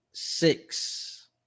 Six